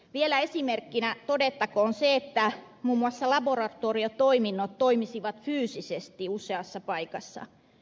vielä esimerkkinä todettakoon se että muun muassa laboratoriotoiminnot toimisivat fyysisesti useassa paikassa